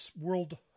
world